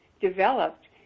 developed